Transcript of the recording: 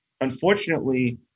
unfortunately